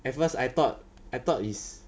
at first I thought I thought is